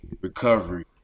recovery